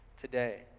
today